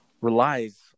relies